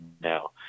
now